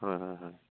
হয় হয় হয়